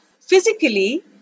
physically